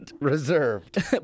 Reserved